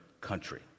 country